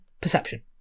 Perception